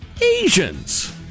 Asians